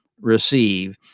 receive